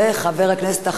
וחבר הכנסת,